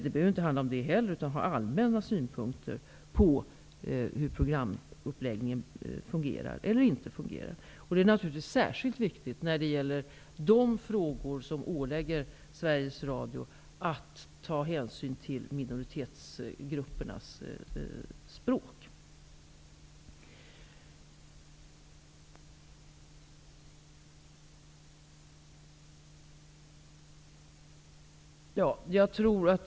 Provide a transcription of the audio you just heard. Det behöver inte handla om det heller, utan man kan ha allmänna synpunkter på hur programuppläggningen fungerar eller inte fungerar. Det är naturligtvis särskilt viktigt när det gäller de frågor som åligger Sveriges Radio, t.ex. att ta hänsyn till minoritetsgruppernas språk.